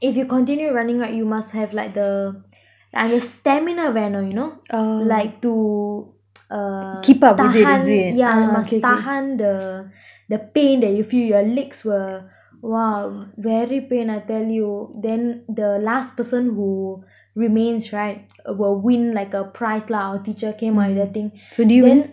if you continue running right you must have like the அந்த:antha stamina வேணும்:venum you know like to uh tahan yeah must tahan the the pain that you feel your legs will !wah! very pain I tell you then the last person who remains right uh will win like a prize lah our teacher came up with the thing then